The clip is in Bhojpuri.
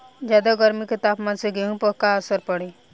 ज्यादा गर्मी के तापमान से गेहूँ पर का असर पड़ी?